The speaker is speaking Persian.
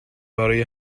برای